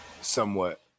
somewhat